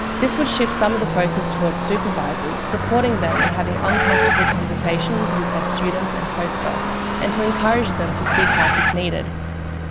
this would shift some of the focus toward supervisors, supporting them in having uncomfortable conversations with their students and post-docs and to encourage them to seek help if needed.